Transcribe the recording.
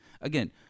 Again